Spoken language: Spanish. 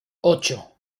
ocho